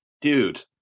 dude